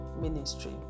Ministry